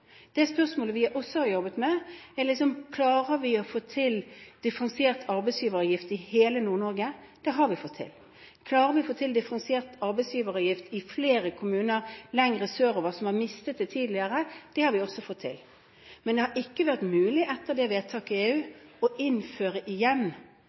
Det spørsmålet vi også har jobbet med, er: Klarer vi å få til differensiert arbeidsgiveravgift i hele Nord-Norge? Det har vi fått til. Klarer vi å få til differensiert arbeidsgiveravgift i flere kommuner lenger sørover, som har mistet det tidligere? Det har vi også fått til. Men det har ikke vært mulig etter det vedtaket